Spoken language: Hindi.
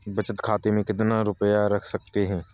बचत खाते में कितना रुपया रख सकते हैं?